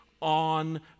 on